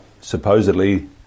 supposedly